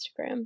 Instagram